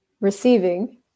receiving